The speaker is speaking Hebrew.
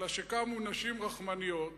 אלא שקמו נשים רחמניות